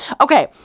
okay